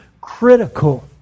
critical